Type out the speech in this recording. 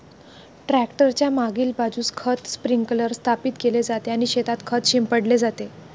tractor च्या मागील बाजूस खत स्प्रिंकलर स्थापित केले जाते आणि शेतात खत शिंपडले जाते